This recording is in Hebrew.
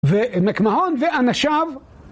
ומקמהון ואנשיו